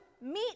meet